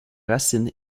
racines